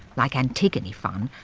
like antigone funn,